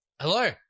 Hello